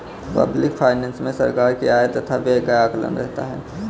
public finance मे सरकार के आय तथा व्यय का आकलन रहता है